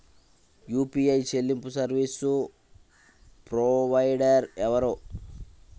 UPI చెల్లింపు service provider ఎవరు?